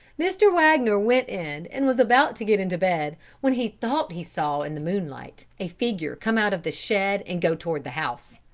mr. wagner went in and was about to get into bed, when he thought he saw in the moonlight a figure come out of the shed and go toward the house.